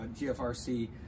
GFRC